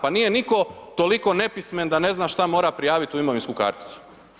Pa nije nitko toliko nepismen da ne zna šta mora prijaviti u imovinsku karticu.